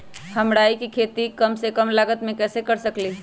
हम राई के खेती कम से कम लागत में कैसे कर सकली ह?